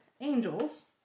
Angels